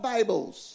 Bibles